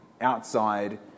outside